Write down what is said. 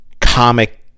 comic